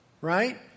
right